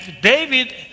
David